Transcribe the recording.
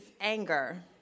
anger